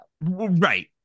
Right